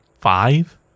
five